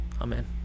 Amen